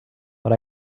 but